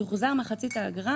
תוחזר מחצית האגרה,